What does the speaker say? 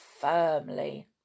firmly